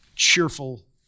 Cheerful